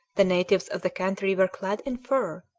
the natives of the country were clad in fur,